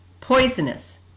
poisonous